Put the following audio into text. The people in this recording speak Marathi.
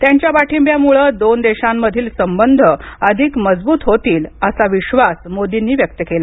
त्यांच्या पाठींब्यामुळं दोन देशामधील संबंध अधिक मजबूत होतील असं विश्वास मोदींनी व्यक्त केला